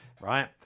right